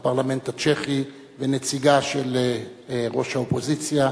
לפרלמנט הצ'כי ונציגה של ראש האופוזיציה,